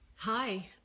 Hi